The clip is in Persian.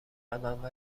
منبع